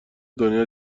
دنیا